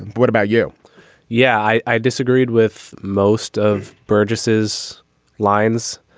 what about you yeah i i disagreed with most of burgesses lines.